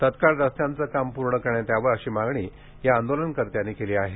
तत्काळ रस्त्याचे काम पूर्ण करण्यात यावे अशी मागणी या आंदोलनकर्त्यांनी केली आहे